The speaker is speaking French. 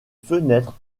fenêtres